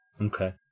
okay